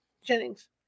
Jennings